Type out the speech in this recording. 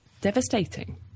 devastating